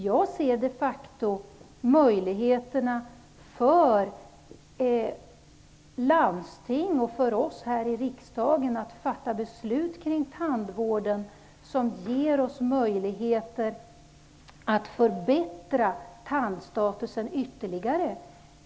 Jag ser de facto möjligheterna för landsting och för oss här i riksdagen att fatta beslut kring tandvården som ger möjligheter att förbättra tandstatusen ytterligare.